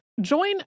Join